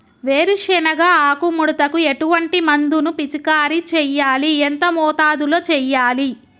వేరుశెనగ ఆకు ముడతకు ఎటువంటి మందును పిచికారీ చెయ్యాలి? ఎంత మోతాదులో చెయ్యాలి?